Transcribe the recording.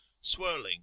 swirling